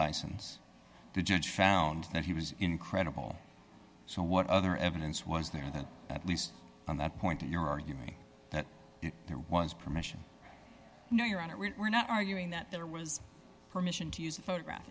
license the judge found that he was incredible so what other evidence was there that at least on that point in your argument that there was permission no your honor we were not arguing that there was permission to use a photograph